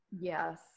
yes